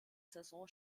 saison